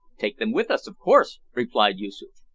take them with us, of course, replied yoosoof.